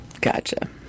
Gotcha